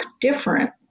different